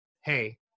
hey